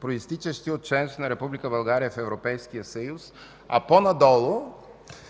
произтичащи от членството на България в Европейския съюз, а по-надолу